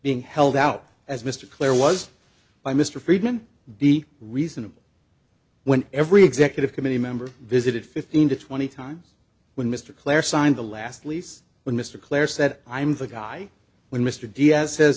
being held out as mr clare was by mr friedman be reasonable when every executive committee member visited fifteen to twenty times when mr clair signed the last lease when mr clair said i'm the guy when mr diaz says